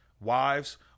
Wives